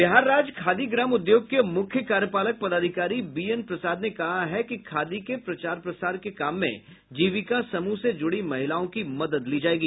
बिहार राज्य खादी ग्राम उद्योग के मुख्य कार्यपालक पदाधिकारी बीएन प्रसाद ने कहा है कि खादी के प्रचार प्रसार के काम में जीविका समूह से जुड़ी महिलाओं की मदद ली जायेगी